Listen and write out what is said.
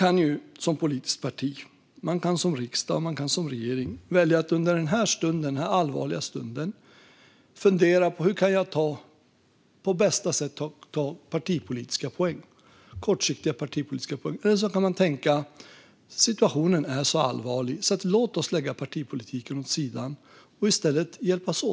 Man kan som politiskt parti, som riksdag och som regering välja att under denna allvarliga stund fundera på hur man på bästa sätt kan plocka kortsiktiga partipolitiska poänger - eller också kan man tänka: Den här situationen är mycket allvarlig, så låt oss lägga partipolitiken åt sidan och i stället hjälpas åt.